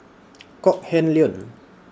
Kok Heng Leun